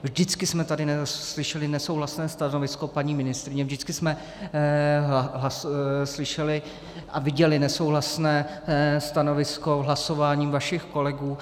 Vždycky jsme tady slyšeli nesouhlasné stanovisko paní ministryně, vždycky jsme slyšeli a viděli nesouhlasné stanovisko hlasováním vašich kolegů.